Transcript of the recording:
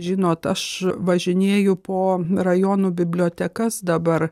žinot aš važinėju po rajonų bibliotekas dabar